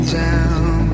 down